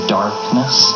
darkness